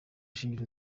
shingiro